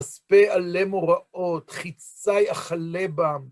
אספה עלימו רעות, חיצי אכלה בם.